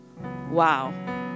Wow